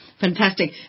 Fantastic